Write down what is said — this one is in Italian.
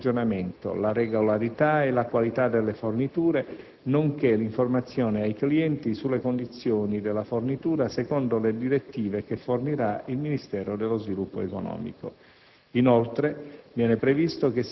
concernenti la sicurezza e l'approvvigionamento, la regolarità e la qualità delle forniture nonché l'informazione ai clienti sulle condizioni della fornitura secondo le direttive che fornirà il Ministero dello sviluppo economico.